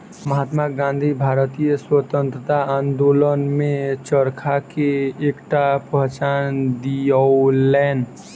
महात्मा गाँधी भारतीय स्वतंत्रता आंदोलन में चरखा के एकटा पहचान दियौलैन